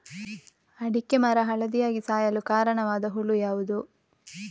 ಅಡಿಕೆ ಮರ ಹಳದಿಯಾಗಿ ಸಾಯಲು ಕಾರಣವಾದ ಹುಳು ಯಾವುದು?